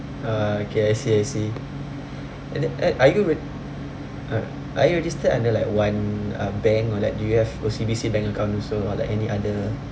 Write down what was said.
ah okay I see I see and at are you re~ uh are you registered under like one uh bank like do you have O_C_B_C bank account also or like any other